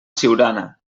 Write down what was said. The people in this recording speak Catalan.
siurana